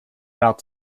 out